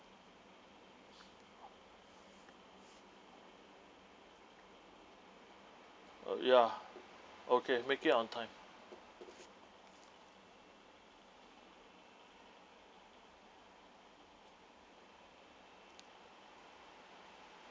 uh ya okay make it on time